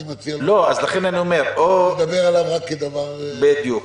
אני מציע לדבר עליו רק כדבר --- בדיוק.